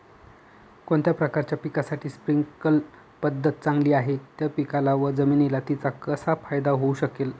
कोणत्या प्रकारच्या पिकासाठी स्प्रिंकल पद्धत चांगली आहे? त्या पिकाला व जमिनीला तिचा कसा फायदा होऊ शकेल?